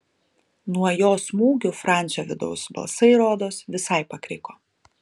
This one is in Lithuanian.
nuo jo smūgių francio vidaus balsai rodos visai pakriko